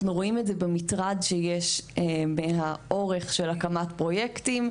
אנחנו רואים את זה במטרד שיש והאורך של הקמת פרויקטים.